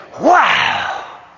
Wow